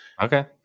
Okay